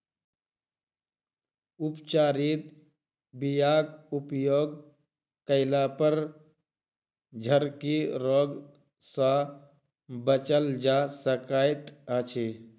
उपचारित बीयाक उपयोग कयलापर झरकी रोग सँ बचल जा सकैत अछि